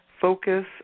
focus